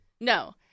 No